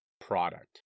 product